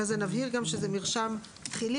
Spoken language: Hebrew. אחרי זה נבהיר גם שזה מרשם תחילי,